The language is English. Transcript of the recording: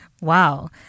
Wow